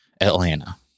Atlanta